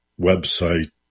website